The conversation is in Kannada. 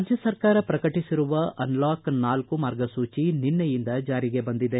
ರಾಜ್ಯ ಸರ್ಕಾರ ಪ್ರಕಟಿಸಿರುವ ಅನ್ಲಾಕ್ ನಾಲ್ಕು ಮಾರ್ಗಸೂಚಿ ನಿನ್ನೆಯಿಂದ ಜಾರಿಗೆ ಬಂದಿದೆ